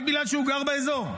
רק בגלל שהוא גר באזור.